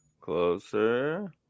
Closer